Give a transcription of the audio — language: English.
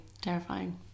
terrifying